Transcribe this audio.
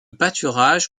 pâturage